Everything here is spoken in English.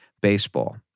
baseball